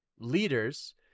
leaders